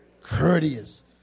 Courteous